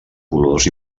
colors